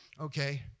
okay